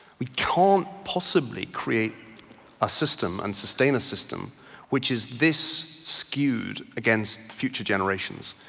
we can't possibly create a system and sustain a system which is this skewed against future generations.